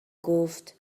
گفت